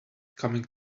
coming